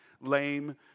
lame